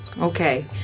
Okay